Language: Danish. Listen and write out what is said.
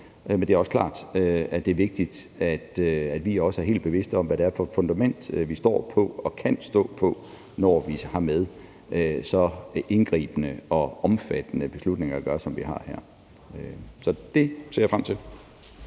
Men det er også klart, at det er vigtigt, at vi også er helt bevidst om, hvad det er for et fundament, vi står på og kan stå på, når vi har med så indgribende og omfattende beslutninger at gøre, som vi har her. Så det ser jeg frem til.